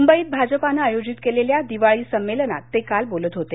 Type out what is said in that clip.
मुंबईत भाजपानं आयोजित केलेल्या दिवाळी संमेलनात ते काल बोलत होते